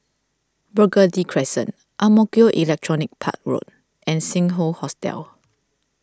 Burgundy Crescent Ang Mo Kio Electronics Park Road and Sing Hoe Hotel